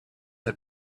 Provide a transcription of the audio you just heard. had